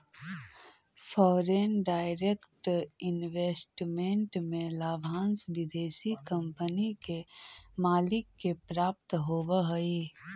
foreign direct investment में लाभांश विदेशी कंपनी के मालिक के प्राप्त होवऽ हई